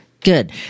Good